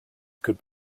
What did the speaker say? could